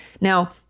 Now